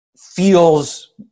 feels